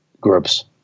groups